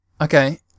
Okay